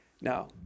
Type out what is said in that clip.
Now